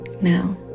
Now